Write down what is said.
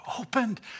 opened